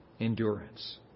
endurance